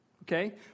Okay